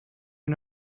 are